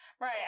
Right